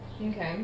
Okay